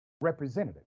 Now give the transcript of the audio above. representative